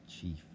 Chief